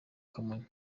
kamonyi